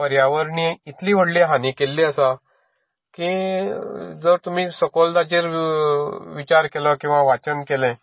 पर्यावरणीय इतली व्हडली हानी केल्ली आसा की तुमी सपोज ताजेर जर विचार केलो किंवा वाचन केलें